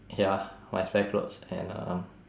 ya my spare clothes and um